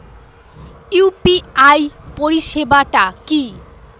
UPI পরিসেবাটা কি?